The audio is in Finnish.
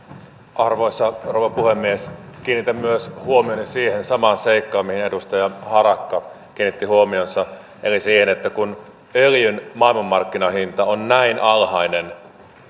arvoisa rouva puhemies kiinnitän myös huomioni siihen samaan seikkaan mihin edustaja harakka kiinnitti huomionsa eli siihen että kun öljyn maailmanmarkkinahinta on näin alhainen